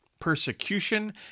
Persecution